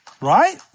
Right